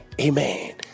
Amen